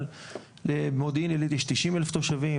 אבל למודיעין עילית יש תשעים אלף תושבים,